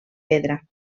pedra